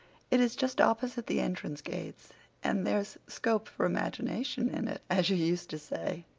it is just opposite the entrance gates and there's scope for imagination in it, as you used to say.